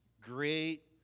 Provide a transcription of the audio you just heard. great